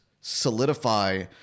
solidify